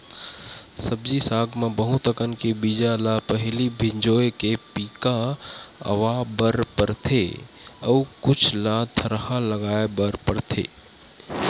सब्जी साग म बहुत अकन के बीजा ल पहिली भिंजोय के पिका अवा बर परथे अउ कुछ ल थरहा लगाए बर परथेये